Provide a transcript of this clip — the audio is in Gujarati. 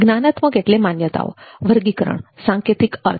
જ્ઞાનાત્મક એટલે માન્યતાઓ વર્ગીકરણ સાંકેતિક અર્થ